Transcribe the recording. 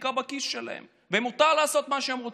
שנקרא בכיס שלהם ומותר להם לעשות מה שהם רוצים.